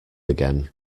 again